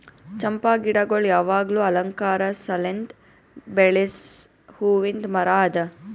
ಚಂಪಾ ಗಿಡಗೊಳ್ ಯಾವಾಗ್ಲೂ ಅಲಂಕಾರ ಸಲೆಂದ್ ಬೆಳಸ್ ಹೂವಿಂದ್ ಮರ ಅದಾ